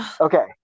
Okay